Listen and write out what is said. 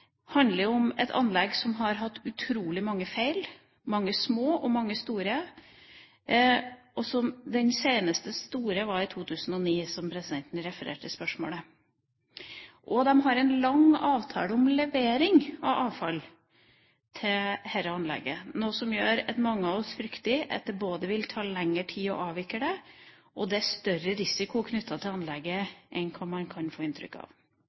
handler om at anlegget har hatt utrolig mange feil – mange små og mange store. Den siste store var i 2009, som presidenten refererte i interpellasjonsteksten. Det er lange avtaler om levering av avfall til dette anlegget, noe som gjør at mange av oss frykter at det både vil ta lengre tid å avvikle det, og at det er større risiko knyttet til anlegget enn man kan få inntrykk av.